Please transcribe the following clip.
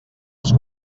els